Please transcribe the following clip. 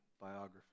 biography